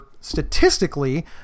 statistically